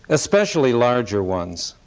especially larger ones,